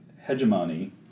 hegemony